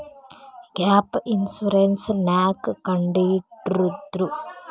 Gap insurance ನ್ಯಾಕ್ ಕಂಢಿಡ್ದ್ರು?